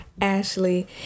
Ashley